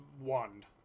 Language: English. wand